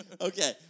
Okay